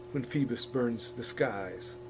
when phoebus burns the skies,